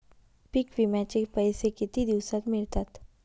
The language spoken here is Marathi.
पीक विम्याचे पैसे किती दिवसात मिळतात?